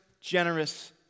generous